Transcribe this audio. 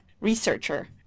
researcher